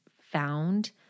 found